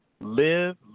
Live